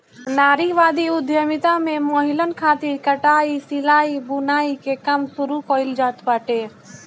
नारीवादी उद्यमिता में महिलन खातिर कटाई, सिलाई, बुनाई के काम शुरू कईल जात बाटे